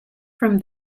from